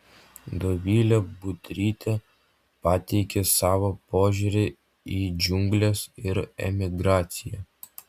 dovilė budrytė pateikia savo požiūrį į džiungles ir emigraciją